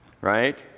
Right